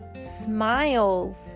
smiles